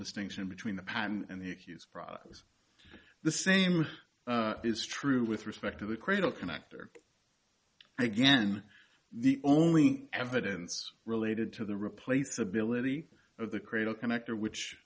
distinction between the patent and the accused product was the same is true with respect to the cradle connector again the only evidence related to the replace ability of the cradle connector which